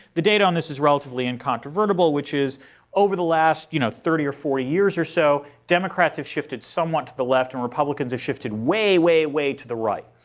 the data on this is relatively incontrovertible which is over the last you know thirty or forty years or so, democrats have shifted somewhat to the left and republicans have shifted way, way, way to the right.